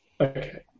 Okay